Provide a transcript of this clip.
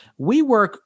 WeWork